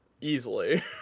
easily